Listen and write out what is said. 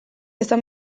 esan